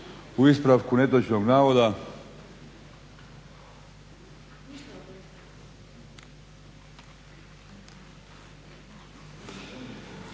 u ispravku netočnog navoda